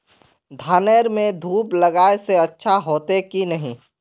धानेर में धूप लगाए से अच्छा होते की नहीं?